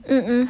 mm mm